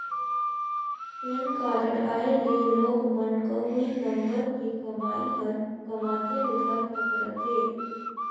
PAN card आए ले लोग मन क हुई नंबर के कमाई हर कमातेय भर तक रथे